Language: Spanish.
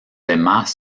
demás